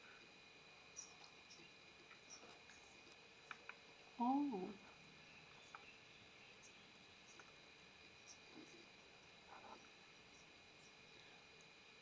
oh